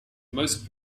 most